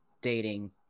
dating